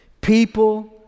people